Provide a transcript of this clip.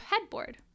headboard